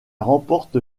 remporte